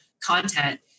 content